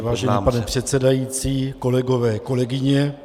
Vážený pane předsedající, kolegové, kolegyně.